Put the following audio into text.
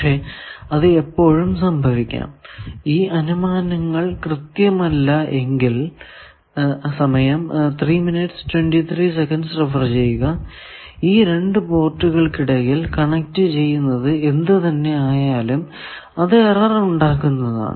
പക്ഷെ അത് എപ്പോഴും സംഭവിക്കാം ഈ അനുമാനങ്ങൾ കൃത്യമല്ല എങ്കിൽ ഈ രണ്ടു പോർട്ടുകൾക്കിടയിൽ കണക്ട് ചെയ്യുന്നത് എന്ത് തന്നെ ആയാലും അത് എറർ ഉണ്ടാക്കുന്നതാണ്